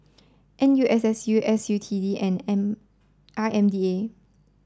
N U S S U S U T E and N I M D A